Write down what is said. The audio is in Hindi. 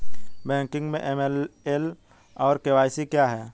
बैंकिंग में ए.एम.एल और के.वाई.सी क्या हैं?